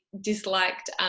disliked